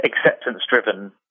acceptance-driven